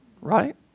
right